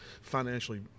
financially